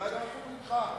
אולי גם הפוך ממך.